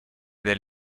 del